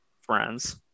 friends